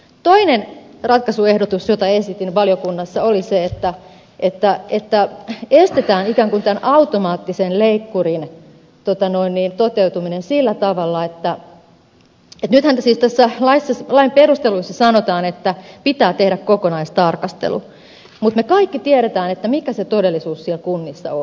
toinen ratkaisuehdotus jota esitin valiokunnassa oli se että estetään ikään kuin tämän automaattisen leikkurin toteutuminen sillä tavalla että nythän tämän lain perusteluissa sanotaan että pitää tehdä kokonaistarkastelu mutta me kaikki tiedämme mikä se todellisuus kunnissa on